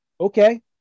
Okay